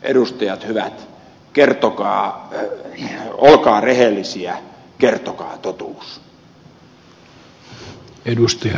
edustajat hyvät olkaa rehellisiä kertokaa totuus